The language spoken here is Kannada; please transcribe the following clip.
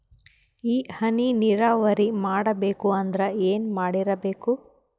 ಈ ಹನಿ ನೀರಾವರಿ ಮಾಡಬೇಕು ಅಂದ್ರ ಏನ್ ಮಾಡಿರಬೇಕು?